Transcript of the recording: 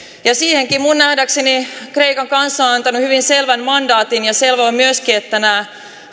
siihenkin minun nähdäkseni kreikan kansa on antanut hyvin selvän mandaatin selvää on myöskin että nämä